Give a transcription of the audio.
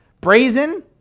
Brazen